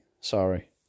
Sorry